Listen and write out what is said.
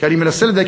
כי אני מנסה לדייק,